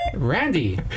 Randy